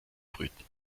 brüten